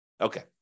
Okay